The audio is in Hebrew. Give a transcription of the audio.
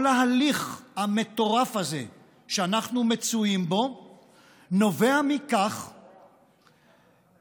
כל ההליך המטורף הזה שאנחנו מצויים בו נובע מכך שנראה,